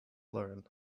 learn